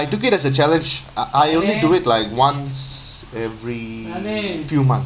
took it as a challenge I I only do it like once every few months